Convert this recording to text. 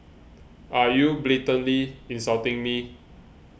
are you blatantly insulting me